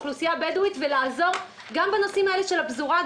אוכלוסייה בדואית לעזור גם בנושאים האלה של הפזורה,